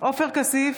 עופר כסיף,